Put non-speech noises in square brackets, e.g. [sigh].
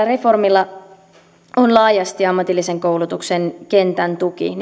[unintelligible] reformin sisällöllä on laajasti ammatillisen koulutuksen kentän tuki [unintelligible]